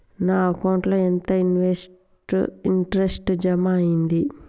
నా అకౌంట్ ల ఎంత ఇంట్రెస్ట్ జమ అయ్యింది?